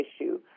issue